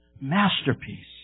masterpiece